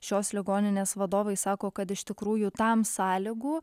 šios ligoninės vadovai sako kad iš tikrųjų tam sąlygų